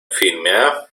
filmie